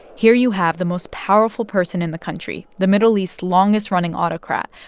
here you have the most powerful person in the country, the middle east's longest-running autocrat,